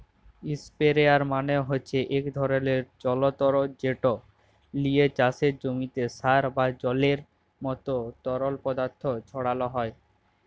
ইসপেরেয়ার মালে হছে ইক ধরলের জলতর্ যেট লিয়ে চাষের জমিতে সার বা জলের মতো তরল পদাথথ ছড়ালো হয়